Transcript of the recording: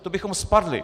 To bychom spadli.